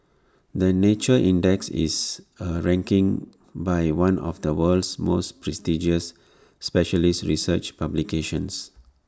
the nature index is A ranking by one of the world's most prestigious specialist research publications